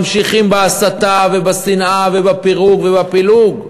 ממשיכים בהסתה ובשנאה ובפירוק ובפילוג.